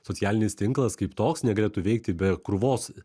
socialinis tinklas kaip toks negalėtų veikti be krūvos